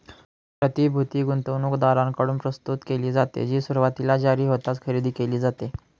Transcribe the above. प्रतिभूती गुंतवणूकदारांकडून प्रस्तुत केली जाते, जी सुरुवातीला जारी होताच खरेदी केली जाते